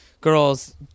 girls